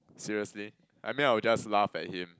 seriously I mean I would just laugh at him